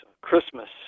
Christmas